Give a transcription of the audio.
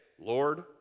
Lord